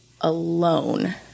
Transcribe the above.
alone